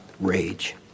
Rage